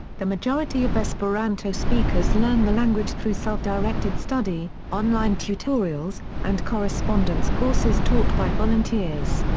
the majority of esperanto speakers learn the language through self-directed study, online tutorials, and correspondence courses taught by volunteers.